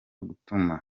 gutuma